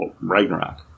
Ragnarok